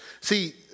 See